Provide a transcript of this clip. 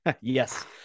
Yes